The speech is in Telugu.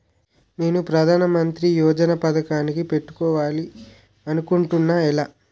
నేను ప్రధానమంత్రి యోజన పథకానికి పెట్టుకోవాలి అనుకుంటున్నా ఎలా?